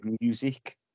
music